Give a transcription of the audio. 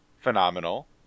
phenomenal